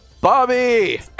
Bobby